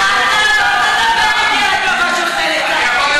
חיילי צה"ל, אבל אתה רק מדבר, מדבר ומדבר.